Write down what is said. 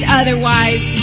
otherwise